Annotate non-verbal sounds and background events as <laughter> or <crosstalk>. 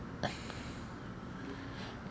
<breath>